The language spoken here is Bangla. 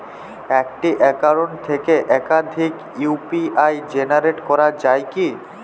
একটি অ্যাকাউন্ট থেকে একাধিক ইউ.পি.আই জেনারেট করা যায় কি?